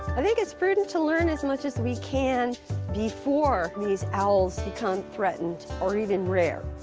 i think it's prudent to learn as much as we can before these owls become threatened or even rare.